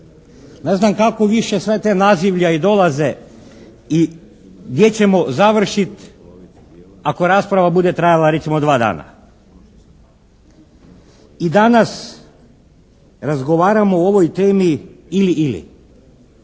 Ne znam kako više sva ta nazivlja i dolaze i gdje ćemo završiti ako rasprava bude trajala recimo dva dana. I danas razgovaramo o ovoj temi ili/ili,